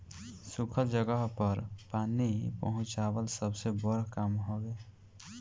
सुखल जगह पर पानी पहुंचवाल सबसे बड़ काम हवे